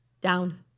down